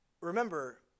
remember